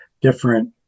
different